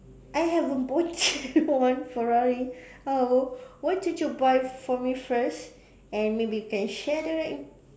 I have a one Ferrari how why don't you buy for me first and maybe we can share the